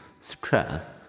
stress